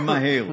ומהר,